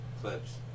Clips